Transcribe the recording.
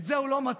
את זה הוא לא מצא.